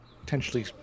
potentially